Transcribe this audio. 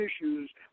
issues